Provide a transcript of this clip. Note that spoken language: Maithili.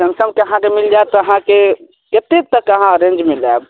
सैमसङ्गके अहाँके मिल जाएत अहाँके केतेक तक अहाँ रेन्जमे लाएब